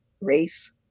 Race